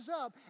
up